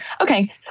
Okay